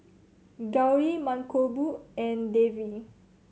Gauri Mankombu and Devi